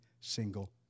single